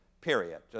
period